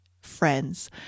friends